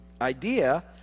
idea